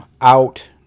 out